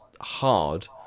hard